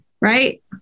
Right